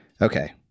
Okay